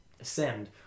Ascend